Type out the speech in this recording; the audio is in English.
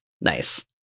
Nice